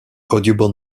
audubon